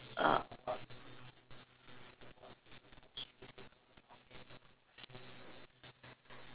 err